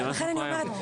ולכן אני אומרת,